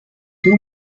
two